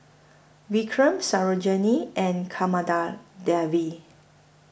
Vikram Sarojini and Kamada Devi